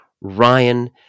Ryan